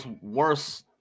worse